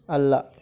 ಅಲ್ಲ